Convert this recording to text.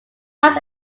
plans